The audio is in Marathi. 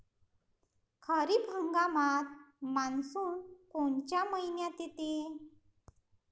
खरीप हंगामात मान्सून कोनच्या मइन्यात येते?